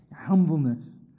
humbleness